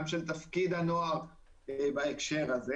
גם של תפקיד הנוער בהקשר הזה.